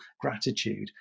gratitude